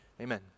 amen